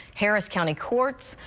harris county courts,